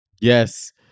yes